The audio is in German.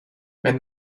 wenn